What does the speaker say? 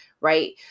right